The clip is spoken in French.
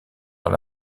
dans